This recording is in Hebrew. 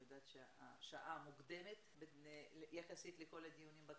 אני יודעת שהשעה מוקדמת יחסית לכל הדיונים בכנסת,